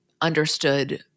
understood